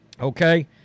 okay